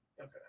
Okay